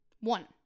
One